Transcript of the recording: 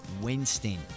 Winston